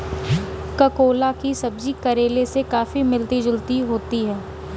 ककोला की सब्जी करेले से काफी मिलती जुलती होती है